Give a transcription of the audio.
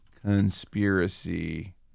conspiracy